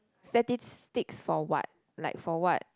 statistics for what like for what